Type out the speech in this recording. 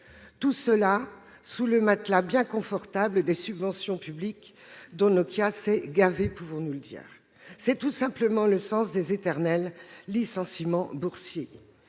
Tout cela sur le matelas bien confortable des subventions publiques dont Nokia s'est gavée. C'est tout simplement le sens des éternels licenciements boursiers.